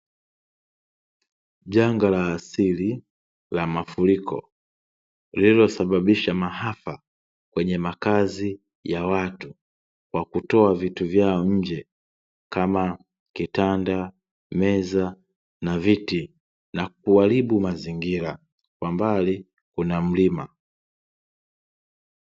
Janga la asili la mafuriko, liliosababisha maafa kwenye makazi ya watu kwa kutoa vitu vyao nje, kama kitanda, meza, na viti, na kuaribu mazingira. Kwa mbali kuna mlima.